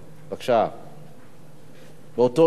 באותו עניין?